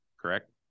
Correct